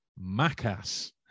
Macass